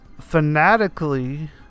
Fanatically